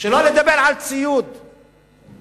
שלא לדבר על ציוד בסיסי.